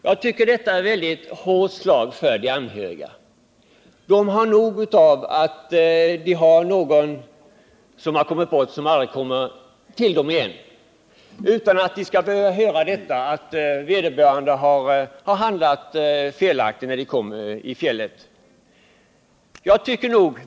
Jag tycker det är ett hårt slag för de anhöriga. Sorgen över att ha mist en anhörig är stor nog utan att de dessutom skall behöva höra att vederbörande har handlat felaktigt i fjällen.